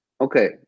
Okay